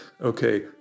Okay